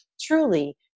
truly